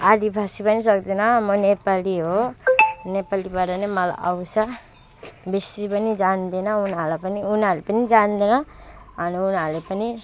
आदिबासी पनि सक्दिनँ म नेपाली हो नेपालीबाट नै मलाई आउँछ बेसी पनि जान्दिनँ उनीहरूलाई पनि उनीहरूले पनि जान्दैन अनि उनीहरूले पनि